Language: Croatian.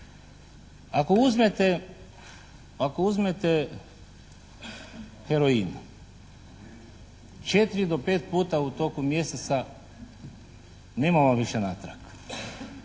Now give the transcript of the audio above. ako uzmete heroin 4 do 5 puta u toku mjeseca nema vam više natrag.